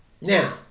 Now